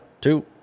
two